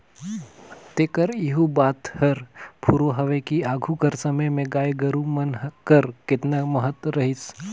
तेकर एहू बात हर फुरों हवे कि आघु कर समे में गाय गरू मन कर केतना महत रहिस